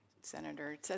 Senator